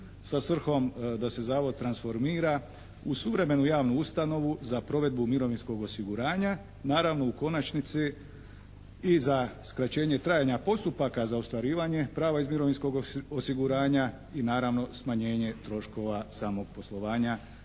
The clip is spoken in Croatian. sa svrhom da se Zavod transformira u suvremenu javnu ustanovu za provedbu mirovinskog osiguranja. Naravno u konačnici i za skraćenje trajanja postupaka za ostvarivanje prava iz mirovinskog osiguranja i naravno smanjenje troškova samog poslovanja